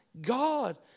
God